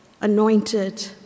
anointed